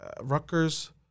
Rutgers